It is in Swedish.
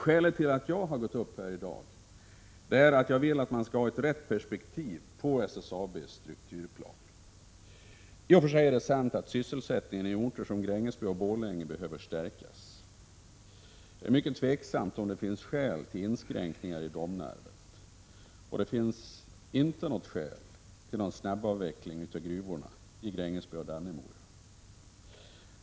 Skälet till att jag går upp i den här debatten är att jag vill att man skall ha rätt perspektiv på SSAB:s strukturplan. I och för sig är det sant att sysselsättningen i orter som Grängesberg och Borlänge behöver stärkas. Däremot är det mycket tveksamt om det finns några skäl till inskränkningar i Domnarvet. Det finns inte något skäl till en snabbavveckling av gruvorna i Grängesberg och Dannemora.